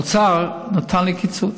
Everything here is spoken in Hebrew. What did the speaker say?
האוצר נתן לי קיצוץ,